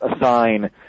assign